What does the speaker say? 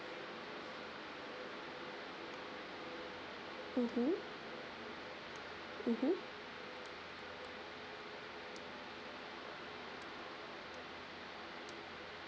mmhmm mmhmm